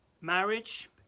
marriage